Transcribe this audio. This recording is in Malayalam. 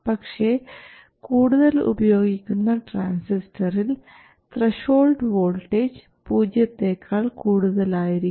പക്ഷേ കൂടുതൽ ഉപയോഗിക്കുന്ന ട്രാൻസിസ്റ്ററിൽ ത്രഷോൾഡ് വോൾട്ടേജ് പൂജ്യത്തെക്കാൾ കൂടുതലായിരിക്കും